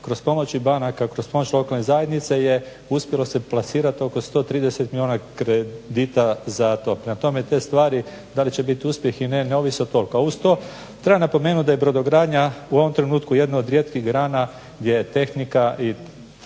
Kroz pomoći banaka, kroz pomoć lokalne zajednice je uspjelo se plasirat oko 130 milijuna kredita za to. Prema tome, te stvari da li će biti uspjeh ili ne, ne ovisi toliko. A uz to treba napomenuti da je brodogradnja u ovom trenutku jedna od rijetkih grana gdje je tehnika i